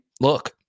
look